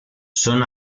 son